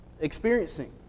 experiencing